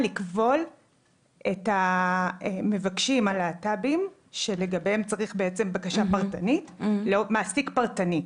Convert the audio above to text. לכבול את המבקשים הלהט"בים שלגביהם צריך בקשה פרטנית למעסיק פרטני.